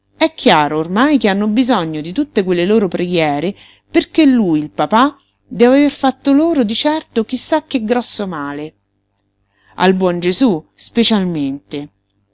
è chiaro ormai che hanno bisogno di tutte quelle loro preghiere perché lui il papà deve aver fatto loro di certo chi sa che grosso male al buon gesú specialmente